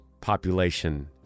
population